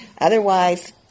Otherwise